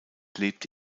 lebt